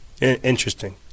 Interesting